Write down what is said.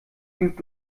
gibt